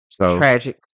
tragic